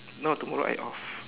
no tomorrow I off